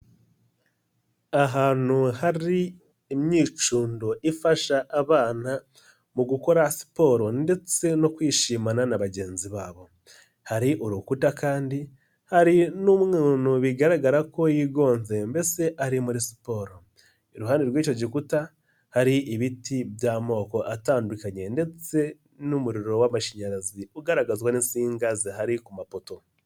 Ahantu hari imyicundo ifasha abana mu gukora siporo ndetse no kwishimana na bagenzi babo. Hari urukuta kandi hari n'umuntu bigaragara ko yigonze mbese ari muri siporo. Iruhande rw'icyo gikuta hari ibiti by'amoko atandukanye ndetse n'umuriro w'amashanyarazi ugaragazwa n'insinga zihari ku mapoto.